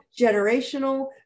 generational